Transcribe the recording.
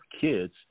kids